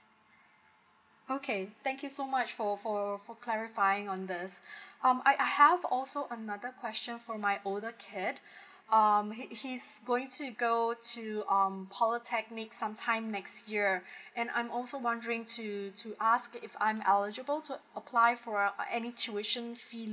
okay thank you so much for for for clarifying on this um I have also another question for my older kid um he he's going to go to um polytechnic some time next year and I'm also wondering to to ask if I'm eligible to apply for uh any tuition fee